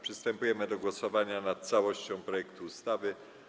Przystępujemy do głosowania nad całością projektu ustawy.